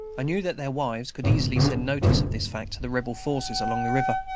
i knew that their wives could easily send notice of this fact to the rebel forces along the river.